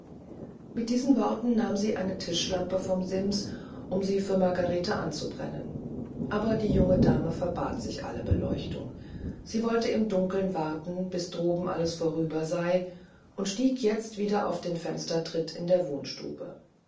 mit diesen worten nahm sie eine tischlampe vom sims um sie für margarete anzubrennen aber die junge dame verbat sich alle beleuchtung sie wollte im dunkeln warten bis droben alles vorüber sei und stieg wieder auf den fenstertritt in der wohnstube